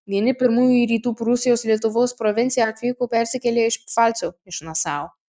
vieni pirmųjų į rytų prūsijos lietuvos provinciją atvyko persikėlėliai iš pfalco iš nasau